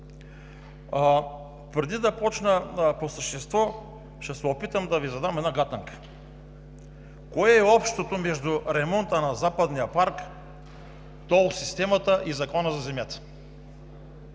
Преди да започна по същество, ще се опитам да Ви задам една гатанка: „Кое е общото между ремонта на Западния парк, тол системата и Закона за земята?